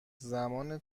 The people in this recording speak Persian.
زمان